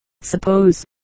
Suppose